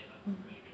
mm